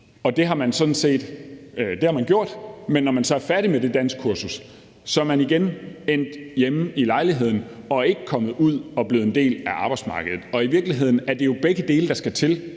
et danskkursus, men at når man så er færdig med det danskkursus, er man igen endt hjemme i lejligheden og ikke kommet ud og blevet en del af arbejdsmarkedet. I virkeligheden er det jo begge dele, der skal til.